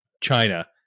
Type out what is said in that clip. China